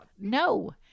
No